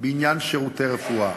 בעניין שירותי רפואה.